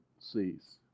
sees